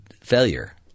failure